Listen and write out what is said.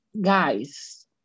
guys